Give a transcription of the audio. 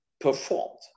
performed